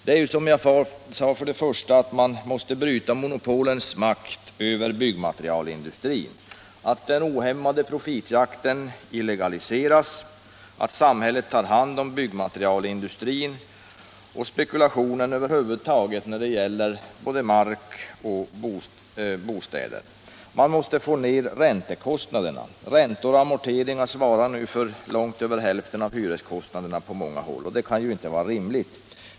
De åtgärderna är att man måste bryta monopolens makt över byggmaterialindustrin, att den ohämmande profitjakten illegaliseras och att samhället tar hand om byggnadsmaterialindustrin och sätter stopp för spekulationen med mark och bostäder. Likaså måste man få ner räntekostnaderna. Räntor och amorteringar svarar nu på många håll för långt över hälften av hyreskostnaderna. Det kan inte vara rimligt.